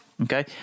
Okay